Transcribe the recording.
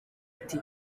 ati